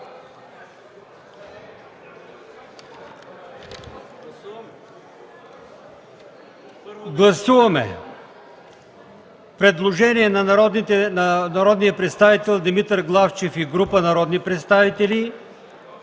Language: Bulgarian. Гласуваме предложението на народния представител Димитър Главчев и група народни представители